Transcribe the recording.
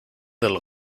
del